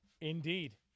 Indeed